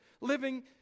living